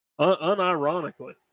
unironically